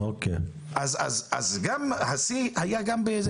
אז גם השיא היה גם בזה.